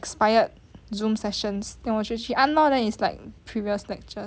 expired Zoom sessions then 我是去按 lor then it's like previous lectures